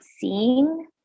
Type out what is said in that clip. seeing